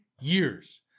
years